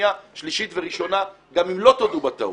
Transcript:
שנייה ושלישית גם אם לא תודו בטעות.